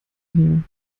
hier